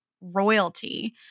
royalty